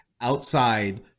outside